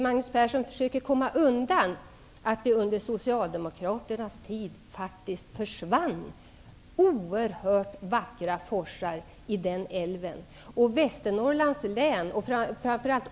Magnus Persson försöker komma undan från det förhållandet att oerhört vackra forsar försvann i denna älv under Socialdemokraternas regeringstid.